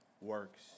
works